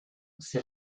c’est